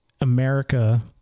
America